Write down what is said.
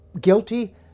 guilty